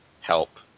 help